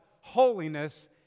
holiness